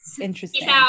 interesting